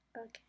Okay